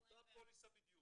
אותה פוליסה בדיוק.